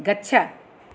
गच्छ